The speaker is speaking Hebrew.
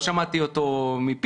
לא שמעתי מפיו,